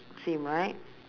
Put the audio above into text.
same right